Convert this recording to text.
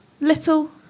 little